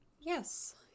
yes